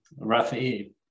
Rafi